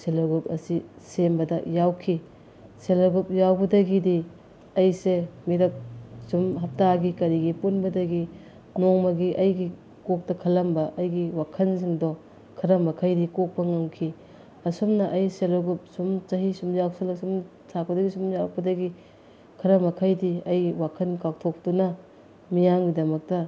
ꯁꯦ ꯂꯦ ꯒ꯭ꯔꯨꯞ ꯑꯁꯤ ꯁꯦꯝꯕꯗ ꯌꯥꯎꯈꯤ ꯁꯦ ꯂꯦ ꯒ꯭ꯔꯨꯞ ꯌꯥꯎꯕꯗꯒꯤꯗꯤ ꯑꯩꯁꯦ ꯃꯤꯔꯛ ꯁꯨꯝ ꯍꯞꯇꯥꯒꯤ ꯀꯔꯤꯒꯤ ꯄꯨꯟꯕꯗꯒꯤ ꯅꯣꯡꯃꯒꯤ ꯑꯩꯒꯤ ꯀꯣꯛꯇ ꯈꯜꯂꯝꯕ ꯑꯩꯒꯤ ꯋꯥꯈꯜꯁꯤꯡꯗꯣ ꯈꯔ ꯃꯈꯩꯗꯤ ꯀꯣꯛꯄ ꯉꯝꯈꯤ ꯑꯁꯨꯝꯅ ꯑꯩ ꯁꯦ ꯂꯦ ꯒ꯭ꯔꯨꯞ ꯁꯨꯝ ꯆꯍꯤ ꯁꯨꯝ ꯌꯥꯎꯁꯤꯜꯂꯛ ꯁꯨꯝ ꯊꯥ ꯈꯨꯗꯤꯡꯒꯤ ꯁꯨꯝ ꯌꯥꯎꯔꯛꯄꯗꯒꯤ ꯈꯔ ꯃꯈꯩꯗꯤ ꯑꯩ ꯋꯥꯈꯜ ꯀꯥꯎꯊꯣꯛꯇꯨꯅ ꯃꯤꯌꯥꯝꯒꯤꯗꯃꯛꯇ